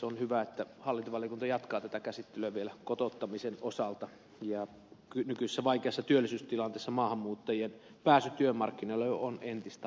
on hyvä että hallintovaliokunta jatkaa tätä käsittelyä vielä kotouttamisen osalta ja nykyisessä vaikeassa työllisyystilanteessa maahanmuuttajien pääsy työmarkkinoille on entistä haasteellisempaa